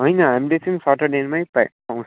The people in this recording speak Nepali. होइन हामीले चाहिँ सेटरडेमै पाई पाउँछौँ